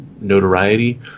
notoriety